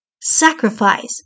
sacrifice